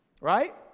right